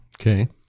Okay